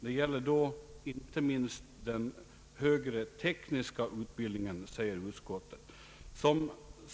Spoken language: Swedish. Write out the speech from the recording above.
Det gäller då inte minst den högre tekniska utbildningen, säger utskottet.